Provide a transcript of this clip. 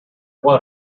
what